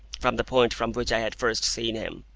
from the point from which i had first seen him.